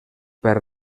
per